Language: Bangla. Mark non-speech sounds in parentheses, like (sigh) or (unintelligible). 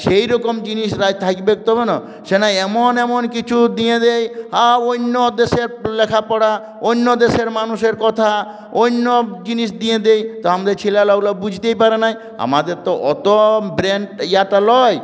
সেইরকম জিনিসরাই থাকবে (unintelligible) সে না এমন এমন কিছু দিয়ে দেয় হাঁ অন্য দেশের লেখাপড়া অন্য দেশের মানুষের কথা অন্য জিনিস দিয়ে দেয় তো আমাদের ছেলেগুলো ওগুলো বুঝতেই পারে না আমাদের তো অত ব্রেন ইয়ে তো নয়